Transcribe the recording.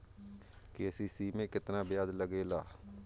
KCC में केतना ब्याज लगेला?